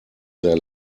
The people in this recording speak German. sehr